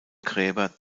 gräber